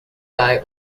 guy